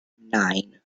nine